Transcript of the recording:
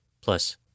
plus